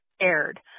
aired